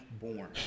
born